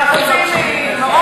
אנחנו מקשיבים לך.